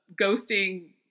ghosting